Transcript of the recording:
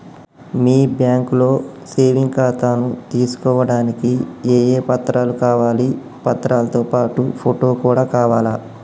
మీ బ్యాంకులో సేవింగ్ ఖాతాను తీసుకోవడానికి ఏ ఏ పత్రాలు కావాలి పత్రాలతో పాటు ఫోటో కూడా కావాలా?